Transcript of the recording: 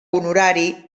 honorari